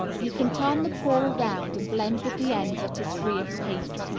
you can turn the paw around and blend with the end that is free of paint.